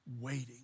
waiting